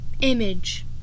image